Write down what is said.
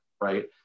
right